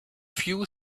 few